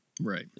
Right